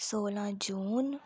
सोलां जून